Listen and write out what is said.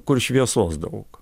kur šviesos daug